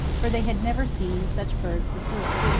for they had never seen such birds before.